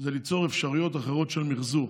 ליצור אפשרויות אחרות של מחזור.